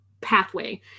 pathway